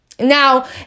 Now